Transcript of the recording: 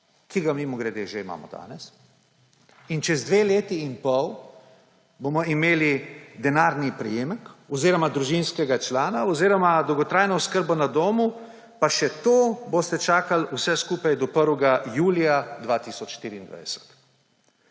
ki ga, mimogrede, že imamo danes, in čez dve leti in pol bomo imeli denarni prejemek oziroma družinskega člana oziroma dolgotrajno oskrbo na domu, pa še to boste čakali vse skupaj do 1. julija 2024.